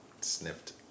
snipped